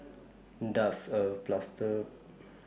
Does A Plaster